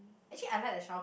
actually I like the shower